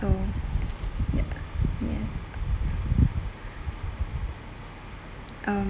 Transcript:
so ya yes um